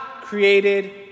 created